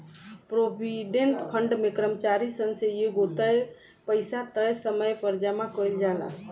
provident fund में कर्मचारी सन से एगो तय पइसा तय समय पर जामा कईल जाला